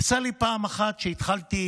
יצא לי פעם אחת שהתחלתי,